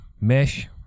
mesh